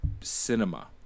cinema